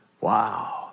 wow